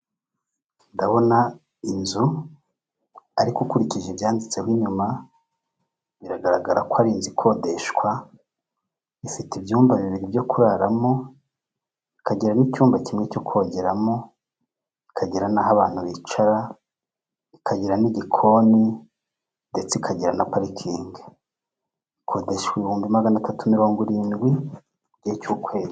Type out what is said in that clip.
Ndabona inzu ariko ukurikije ibyanditseho inyuma biragaragara ko ari inzu ikodeshwa, ifite ibyumba bibiri byo kuraramo ikagera n'icyumba kimwe cyo kongeramo, ikagira nl n'aho abantu bicara, ikagira n'igikoni, ndetse ikagira na parikingi. Ikodeshwa ibihumbi magana atatu mirongo irindwi mu gihe cy'ukwezi.